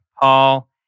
Paul